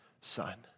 son